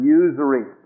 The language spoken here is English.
usury